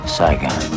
Saigon